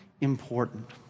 important